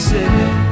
City